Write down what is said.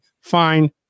fine